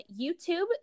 YouTube